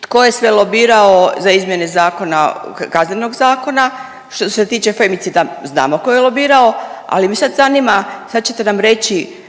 tko je sve lobirao za izmjene zakona, Kaznenog zakona, što se tiče femicida znamo tko je lobirao. Ali me sad zanima, sad ćete nam reći